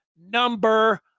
number